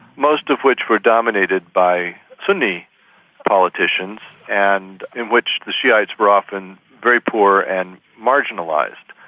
most of which were dominated by sunni politicians and in which the shiites were often very poor and marginalised.